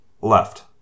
Left